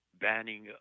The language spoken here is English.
banning